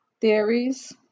Theories